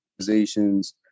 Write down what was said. organizations